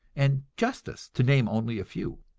and justice, to name only a few.